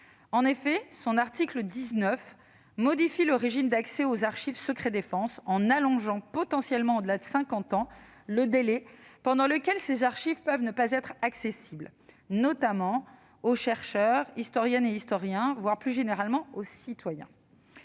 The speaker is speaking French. En effet, l'article 19 modifie le régime d'accès aux archives classées secret-défense en allongeant potentiellement au-delà de cinquante ans le délai pendant lequel ces archives peuvent ne pas être accessibles, notamment aux chercheurs, aux historiennes et historiens, et, plus généralement, aux citoyens.